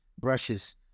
brushes